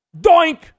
Doink